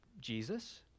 Jesus